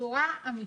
בצורה אמיתית,